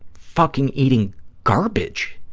fucking eating garbage,